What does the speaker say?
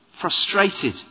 Frustrated